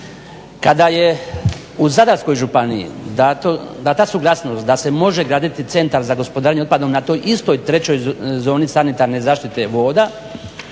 kada je u Zadarskoj županiji dana suglasnost da se može graditi Centar za gospodarenje otpadom na toj istoj trećoj zoni sanitarne zaštite voda